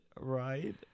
Right